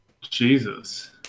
Jesus